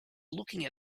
looking